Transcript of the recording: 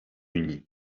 uni